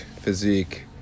physique